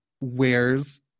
wears